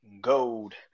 gold